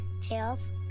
tails